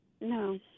No